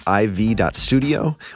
iv.studio